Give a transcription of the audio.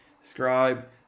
Subscribe